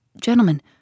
Gentlemen